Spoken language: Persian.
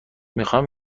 میخواهم